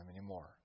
anymore